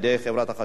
יזומות